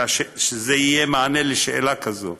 שיהיה מענה על שאלה כזאת.